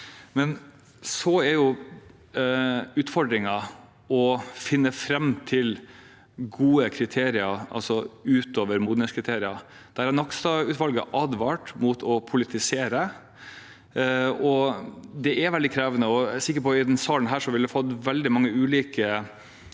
å stå i. Utfordringen er å finne fram til gode kriterier, altså utover modenhetskriterier. Der har Nakstad-utvalget advart mot å politisere. Det er veldig krevende, og jeg er sikker på at i denne salen ville vi fått veldig mange ulike